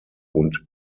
und